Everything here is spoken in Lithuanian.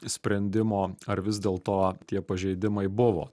sprendimo ar vis dėlto tie pažeidimai buvo